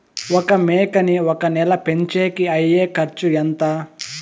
ఒక మేకని ఒక నెల పెంచేకి అయ్యే ఖర్చు ఎంత?